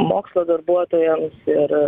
mokslo darbuotojam ir